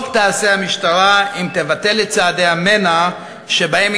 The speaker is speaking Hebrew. טוב תעשה המשטרה אם תבטל את צעדי המנע שהיא